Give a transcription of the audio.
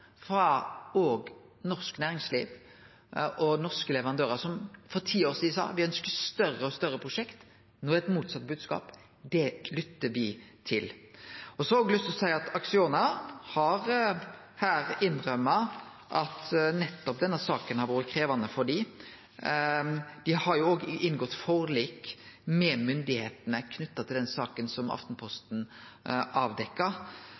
frå norsk næringsliv og norske leverandørar, som for ti år sidan sa at dei ønskte større og større prosjekt – no er det ein motsett bodskap. Det lyttar me til. Så har eg lyst til å seie at Acciona her har innrømt at nettopp denne saka har vore krevjande for dei. Dei har òg inngått forlik med myndigheitene knytt til den saka som